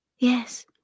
Yes